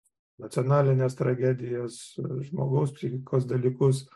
nacionalines tragedijas žmogaus psichikos dalykus